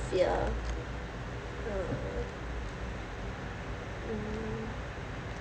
ya uh